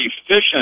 efficient